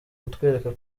kutwereka